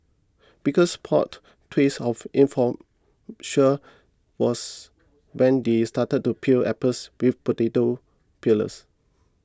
biggest plot twist of was when they started to peel apples with potato peelers